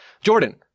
Jordan